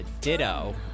Ditto